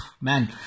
man